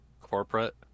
corporate